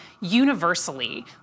universally